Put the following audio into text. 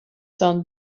son